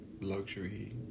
luxury